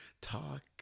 talk